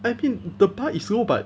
I mean the bar is low but